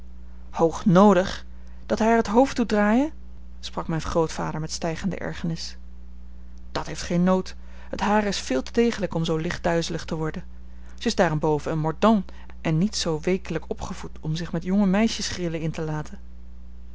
noodig dat hij haar het hoofd doet draaien sprak mijn grootvader met stijgende ergernis dat heeft geen nood het hare is veel te degelijk om zoo licht duizelig te worden zij is daarenboven eene mordaunt en niet zoo weekelijk opgevoed om zich met jongemeisjesgrillen in te laten